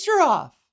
off